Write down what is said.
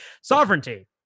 sovereignty